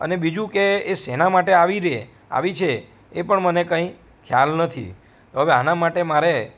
અને બીજું કે શેના માટે આવી રે આવી છે એ પણ મને કંઈ ખ્યાલ નથી હવે આના માટે મારે